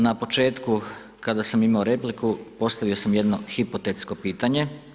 Na početku kada sam imao repliku, postavio sam jedno hipotetsko pitanje.